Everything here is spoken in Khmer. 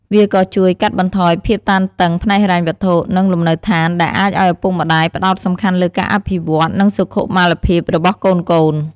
វាក៏ជួយកាត់បន្ថយភាពតានតឹងផ្នែកហិរញ្ញវត្ថុ និងលំនៅឋាន ដែលអាចឲ្យឪពុកម្ដាយផ្ដោតសំខាន់លើការអភិវឌ្ឍន៍ និងសុខុមាលភាពរបស់កូនៗ។